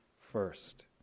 first